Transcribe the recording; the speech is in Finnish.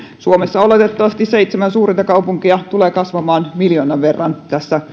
suomessa oletettavasti seitsemän suurinta kaupunkia tulevat kasvamaan miljoonan verran